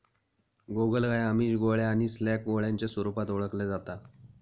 गोगलगाय आमिष, गोळ्या किंवा स्लॅग गोळ्यांच्या स्वरूपात ओळखल्या जाता